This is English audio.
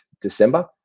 December